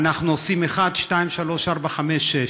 אנחנו עושים 1, 2, 3, 4, 5, 6,